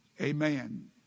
Amen